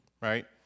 right